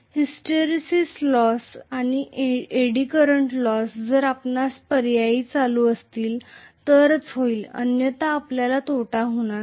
hysteresis loss आणि eddy current loss जर आपणास पर्यायी चालू असेल तरच होईल अन्यथा आपल्याला तोटा होणार नाही